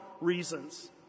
reasons